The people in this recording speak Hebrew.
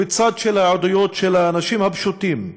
הם בצד של העדויות של האנשים הפשוטים,